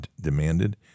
demanded